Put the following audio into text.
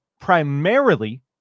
primarily